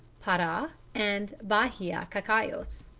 para and bahia cacaos.